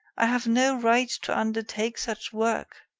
i have no right to undertake such work.